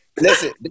Listen